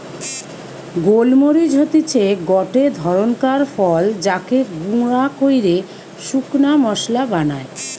গোল মরিচ হতিছে গটে ধরণকার ফল যাকে গুঁড়া কইরে শুকনা মশলা বানায়